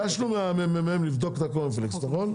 ביקשנו מה- מ.מ.מ לבדוק את הקורנפלקס נכון?